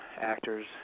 actors